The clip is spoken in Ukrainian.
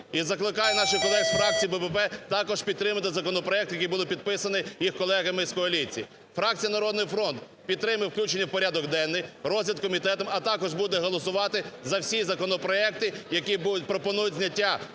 і закликаю наших колег з фракції "БПП" також підтримати законопроект, який був підписаний їх колегами з коаліції. Фракція "Народний фронт" підтримує включення в порядок денний розгляд комітетом, а також буде голосувати за всі законопроекти, які пропонують зняття